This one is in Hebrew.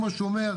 כמו שהוא אומר,